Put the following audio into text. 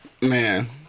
Man